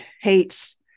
hates